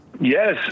Yes